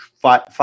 five